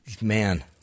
Man